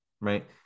right